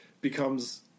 becomes